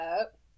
up